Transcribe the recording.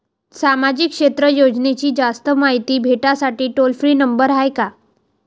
सामाजिक क्षेत्र योजनेची जास्त मायती भेटासाठी टोल फ्री नंबर हाय का?